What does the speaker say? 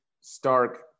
stark